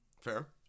Fair